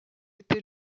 été